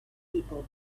people